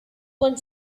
con